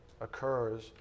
occurs